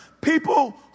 People